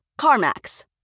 CarMax